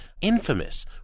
infamous